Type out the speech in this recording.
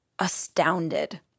astounded